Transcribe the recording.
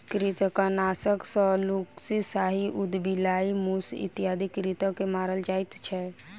कृंतकनाशक सॅ लुक्खी, साही, उदबिलाइ, मूस इत्यादि कृंतक के मारल जाइत छै